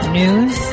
news